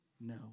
No